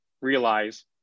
realize